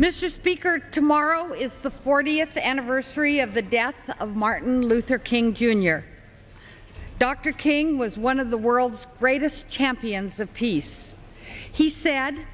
mr speaker tomorrow is the fortieth anniversary of the death of martin luther king jr dr king was one of the world's greatest champions of peace he said